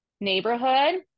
neighborhood